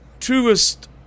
truest